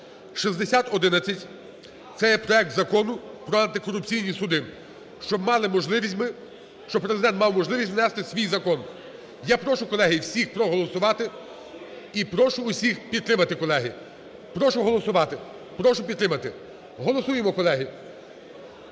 6011, це є проект Закону про антикорупційні суди. Щоб мали можливість ми, щоб Президент мав можливість внести свій закон. Я прошу, колеги, всіх проголосувати і прошу всіх підтримати, колеги. Прошу голосувати, прошу підтримати. Голосуємо, колеги!